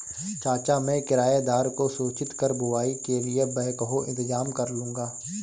चाचा मैं किराएदार को सूचित कर बुवाई के लिए बैकहो इंतजाम करलूंगा